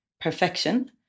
perfection